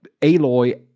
Aloy